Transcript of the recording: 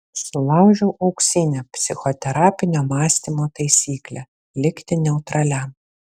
sulaužiau auksinę psichoterapinio mąstymo taisyklę likti neutraliam